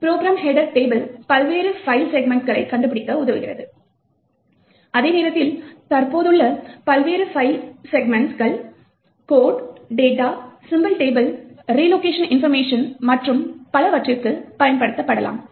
program header table பல்வேறு file செக்மென்ட்களை கண்டுபிடிக்க உதவுகிறது அதே நேரத்தில் தற்போதுள்ள பல்வேறு செக்மென்ட்கள் code data symbol table relocation information மற்றும் பலவற்றிற்கு பயன்படுத்தப்படலாம்